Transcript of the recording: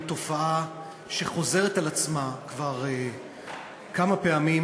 תופעה שחוזרת על עצמה כבר כמה פעמים,